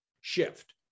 shift